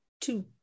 two